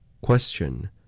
Question